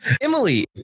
Emily